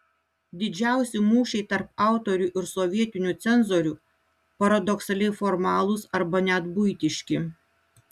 didžiausi mūšiai tarp autorių ir sovietinių cenzorių paradoksaliai formalūs arba net buitiški